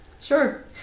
Sure